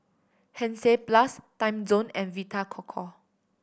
Hansaplast Timezone and Vita Coco